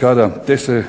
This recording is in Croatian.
kada te se